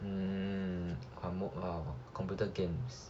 um 看 mood lah computer games